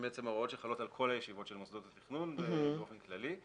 שהן בעצם ההוראות שחלות על כל הישיבות של מוסדות התכנון באופן כללי.